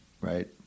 right